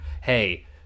hey